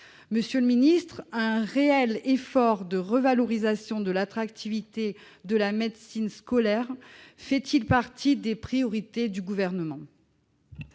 Monsieur le secrétaire d'État, un réel effort de revalorisation de l'attractivité de la médecine scolaire fait-il partie des priorités du Gouvernement ?